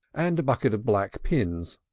and a packet of black pins.